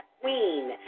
queen